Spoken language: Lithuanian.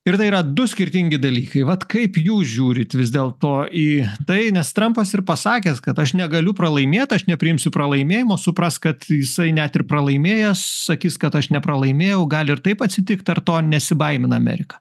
ir tai yra du skirtingi dalykai vat kaip jūs žiūrit vis dėlto į tai nes trampas ir pasakęs kad aš negaliu pralaimėt aš nepriimsiu pralaimėjimo suprask kad jisai net ir pralaimėjęs sakys kad aš nepralaimėjau gali ir taip atsitikt ar to nesibaimina amerika